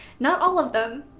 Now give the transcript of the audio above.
not all of them,